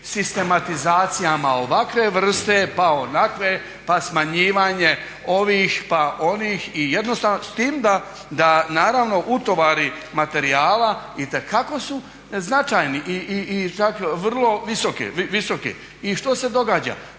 sistematizacijama ovakve vrste pa onakve, pa smanjivanje ovih, onih i jednostavno s tim da naravno utovari materijala itekako su značajni i čak vrlo visoki. I što se događa?